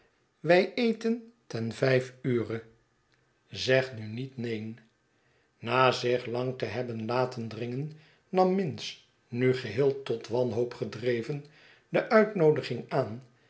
wij eten ten vijf ure zeg nu niet neen na zich lang te hebben laten dringen nam minns nu geheel tot wanhoop gedreven de uitnoodiging aan